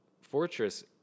Fortress